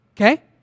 Okay